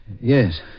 Yes